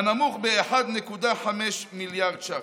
הנמוך ב-1.5 מיליארד ש"ח.